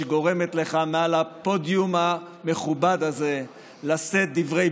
שגורמת לך מעל הפודיום המכובד הזה לשאת דברי